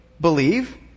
believe